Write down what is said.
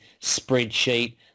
spreadsheet